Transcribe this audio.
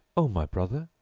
o my brother,